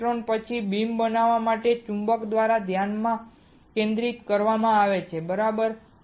electron પછી beam બનાવવા માટે ચુંબક દ્વારા ધ્યાન કેન્દ્રિત કરવામાં આવે છે બરાબર